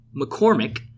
McCormick